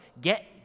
get